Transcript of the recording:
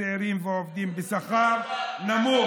צעירים והעובדים בשכר נמוך.